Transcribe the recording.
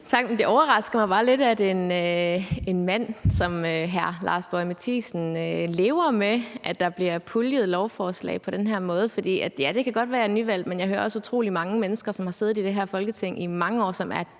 Det overrasker mig bare lidt, at en mand som hr. Lars Boje Mathiesen lever med, at der bliver puljet lovforslag på den her måde. Det kan godt være, at jeg er nyvalgt, men jeg hører også utrolig mange mennesker, som har siddet i det her Folketing i mange år, som er